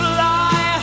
Fly